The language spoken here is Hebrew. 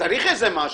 צריך משהו.